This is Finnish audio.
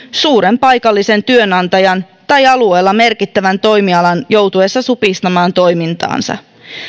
suuren paikallisen työnantajan tai alueella merkittävän toimialan joutuessa supistamaan toimintaansa